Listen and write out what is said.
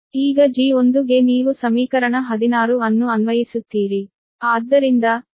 ಈಗ G1 ಗೆ ನೀವು ಸಮೀಕರಣ 16 ಅನ್ನು ಅನ್ವಯಿಸುತ್ತೀರಿ